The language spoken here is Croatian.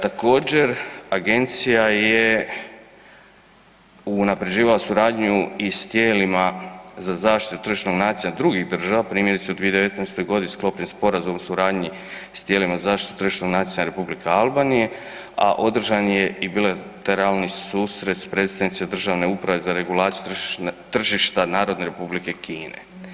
Također, agencija je unaprjeđivala suradnju i sa tijelima za zaštitu tržišnog natjecanja drugih država, primjerice u 2019. g. sklopljen sporazum suradnje s tijelima zaštite tržišnog natjecanja Republike Albanije a održan je i bilateralni susret s predstavnicima državne uprave za regulaciju tržišta Narodne Republike Kine.